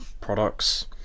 products